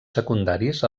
secundaris